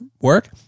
work